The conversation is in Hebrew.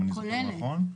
אם אני זוכר נכון.